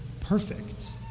perfect